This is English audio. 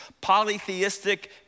polytheistic